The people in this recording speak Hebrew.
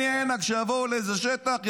עיני עינאכ, שיבואו לאיזה שטח.